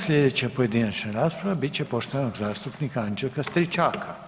Sljedeća pojedinačna rasprava biti će poštovanog zastupnika Anđelka Stričaka.